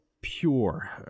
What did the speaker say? pure